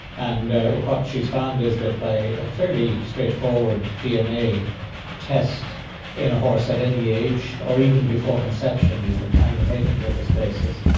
and what she's found is that by a fairly straightforward dna test in a horse at any age or even before conception, you can plan your matings on this basis,